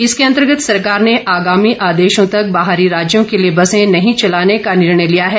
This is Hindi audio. इसके अंतर्गत सरकार ने आगामी आदेशों तक बाहरी राज्यों के लिए बसे नहीं चलाने का निर्णय लिया है